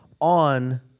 on